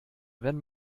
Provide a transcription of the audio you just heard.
wenn